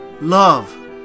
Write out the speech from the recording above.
love